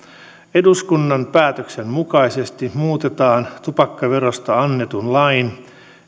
eduskunnan päätöksen mukaisesti muutetaan tupakkaverosta annetun lain